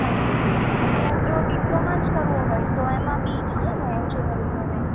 અચ્છા અને જો ડિપ્લોમા જ કરવું હોય તો એમાં બી થાય ને ઍન્જીનિયરિંગનું અને એ